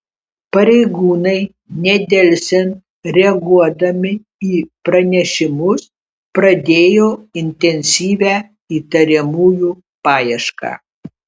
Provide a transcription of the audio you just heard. pareigūnai nedelsiant reaguodami į pranešimus pradėjo intensyvią įtariamųjų paiešką